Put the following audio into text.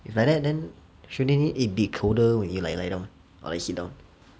like that then shouldn't it be colder when you like lie down or like sit down